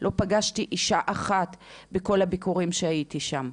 לא פגשתי אישה אחת בכל הביקורים שהייתי שם.